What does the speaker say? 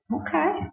Okay